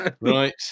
Right